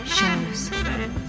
Shows